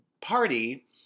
party